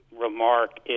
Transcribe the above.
remark